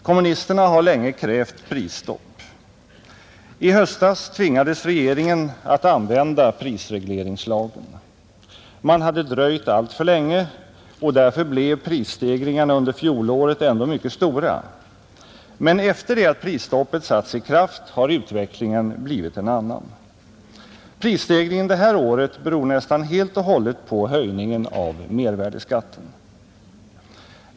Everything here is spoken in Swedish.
Kommunisterna har länge krävt prisstopp. I höstas tvingades regeringen att använda prisregleringslagen. Man hade dröjt alltför länge, och därför blev prisstegringarna under fjolåret ändå mycket stora, men efter det att prisstoppet satts i kraft har utvecklingen blivit en annan. Prisstegringen det här året beror nästan helt och hållet på höjningen av mervärdeskatten.